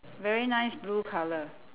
very nice blue colour